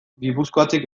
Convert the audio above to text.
gipuzkoatik